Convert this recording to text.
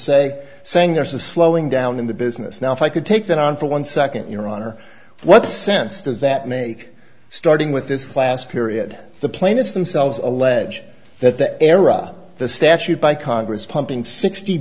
say saying there's a slowing down in the business now if i could take that on for one second your honor what sense does that make starting with this class period the plaintiffs themselves allege that the era the statute by congress pumping sixty